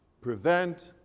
prevent